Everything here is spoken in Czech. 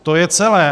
To je celé.